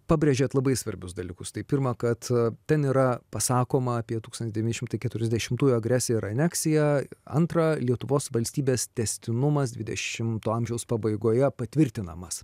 pabrėžėt labai svarbius dalykus tai pirma kad ten yra pasakoma apie tūkstantis devyni šimtai keturiasdešimtųjų agresiją ir aneksija antra lietuvos valstybės tęstinumas dvidešimto amžiaus pabaigoje patvirtinamas